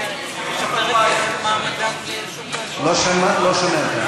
אנחנו מסירים את ההסתייגויות, לא שומע אותך.